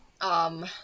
Um-